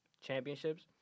championships